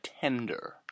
tender